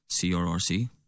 CRRC